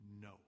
No